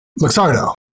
Luxardo